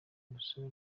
urusobe